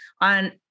on